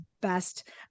best